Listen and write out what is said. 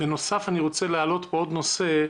בנוסף, אני רוצה להעלות פה עוד נושא,